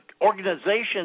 organizations